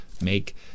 make